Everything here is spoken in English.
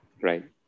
right